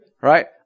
right